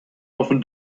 often